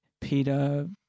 Peter